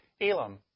Elam